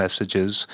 messages